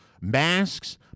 masks